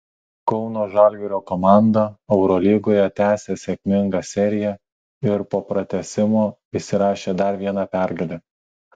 kauno žalgirio komanda eurolygoje tęsią sėkmingą seriją ir po pratęsimo įsirašė dar vieną pergalę